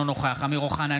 אינו נוכח אמיר אוחנה,